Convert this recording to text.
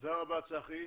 תודה רבה, צחי.